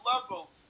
level